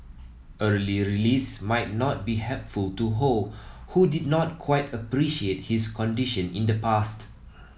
early release might not be helpful to Ho who did not quite appreciate his condition in the past